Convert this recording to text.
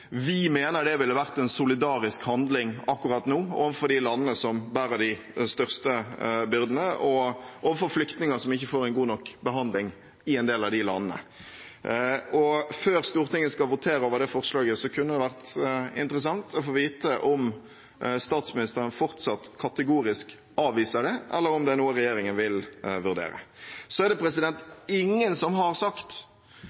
Vi mener det ville vært en solidarisk handling akkurat nå overfor de landene som bærer de største byrdene, og overfor flyktninger som ikke får en god nok behandling i en del av de landene. Før Stortinget skal votere over det forslaget, kunne det vært interessant å få vite om statsministeren fortsatt kategorisk avviser det, eller om dette er noe regjeringen vil vurdere. Så er det ingen som har sagt